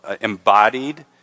embodied